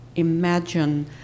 Imagine